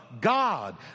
God